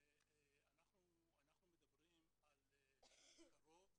כשאנחנו מדברים על רוב,